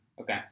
Okay